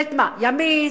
ממשלת מה, ימין?